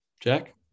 Jack